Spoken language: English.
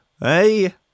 hey